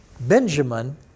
Benjamin